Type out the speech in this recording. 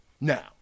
Now